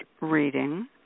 reading